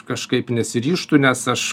kažkaip nesiryžtu nes aš